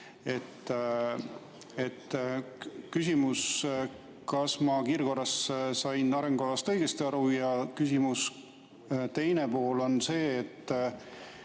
Küsin, et kas ma kiirkorras sain arengukavast õigesti aru. Ja küsimuse teine pool on see, et